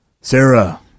Sarah